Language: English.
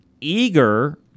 eager